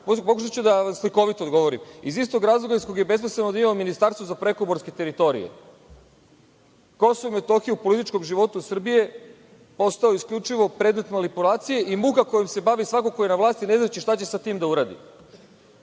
Pokušaću da vam slikovito odgovorim iz istog razloga iz kog je besmisleno da imamo ministarstvo za prekoborske teritorije. Kosovo i Metohija u političkom životu Srbije, ostao isključivo predmet manipulacije i muka kojom se bavi svako ko je na vlasti, ne znajući šta će sa tim da uradi.